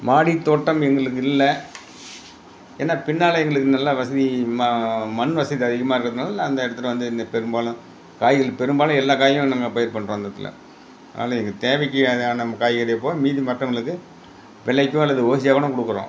மாடித்தோட்டம் எங்களுக்கு இல்லை ஏன்னா பின்னால் எங்களுக்கு நல்ல வசதி ம மண் வசதி அதிகமாக இருக்கிறதனால அந்த இடத்துல வந்து என்ன பெரும்பாலும் காய்கள் பெரும்பாலும் எல்லா காய்களும் நாங்கள் பயிர் பண்ணுறோம் அந்த இடத்துல அதனால எங்கள் தேவைக்கு ஆன காய்கறி போக மீதி மற்றவங்களுக்கு விலைக்கோ அல்லது ஓசியாங் கூட கொடுக்குறோம்